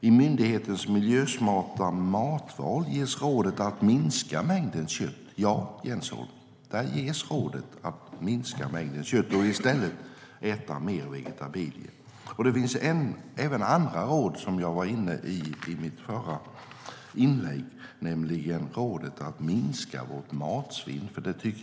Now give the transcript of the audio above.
I myndighetens Miljösmarta matval ges rådet att minska mängden kött, Jens Holm, och i stället äta mer vegetabilier. Det finns även andra råd. Ett var jag inne på i mitt förra inlägg, nämligen rådet att minska vårt matsvinn.